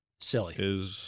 Silly